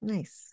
Nice